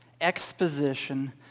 exposition